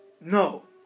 No